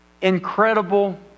incredible